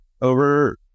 over